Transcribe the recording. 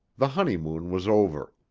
the honeymoon was over.